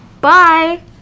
Bye